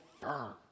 firm